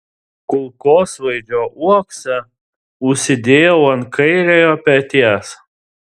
kulkosvaidžio uoksą užsidėjau ant kairiojo peties